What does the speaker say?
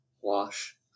wash